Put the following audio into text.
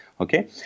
Okay